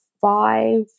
five